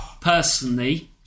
personally